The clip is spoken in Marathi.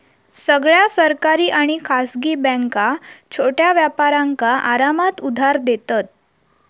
सगळ्या सरकारी आणि खासगी बॅन्का छोट्या व्यापारांका आरामात उधार देतत